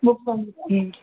book பண்றோம் ம்